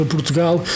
Portugal